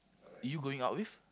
are you going out with